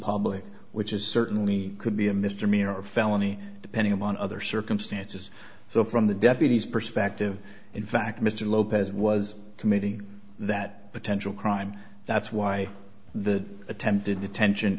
public which is certainly could be a misdemeanor or felony depending upon other circumstances so from the deputy's perspective in fact mr lopez was committing that potential crime that's why the attempted detention